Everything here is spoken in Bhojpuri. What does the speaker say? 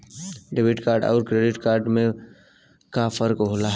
डेबिट कार्ड अउर क्रेडिट कार्ड में का फर्क होला?